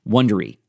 Wondery